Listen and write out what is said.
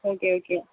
okay okay